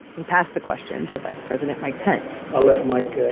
he passed the question to vice president mike pence. i'll let mike ah